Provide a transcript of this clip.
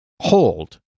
hold